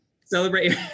Celebrate